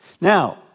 Now